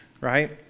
right